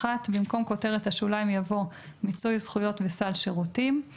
(1)במקום כותרת השוליים יבוא "מיצוי זכויות וסל שירותים";